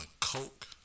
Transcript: coke